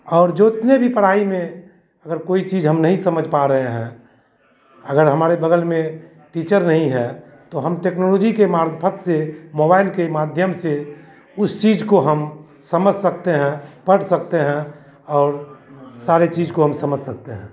और जोतने भी पढ़ाई में अगर कोई चीज़ हम नहीं समझ पा रहे हैं अगर हमारे बगल में टीचर नहीं है तो हम टेक्नोलॉजी के मार्फ़त से मोबाइल के माध्यम से उस चीज़ को हम समझ सकते हैं पढ़ सकते हैं और सारे चीज़ को हम समझ सकते हैं